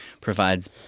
provides